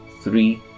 three